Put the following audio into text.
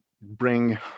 bring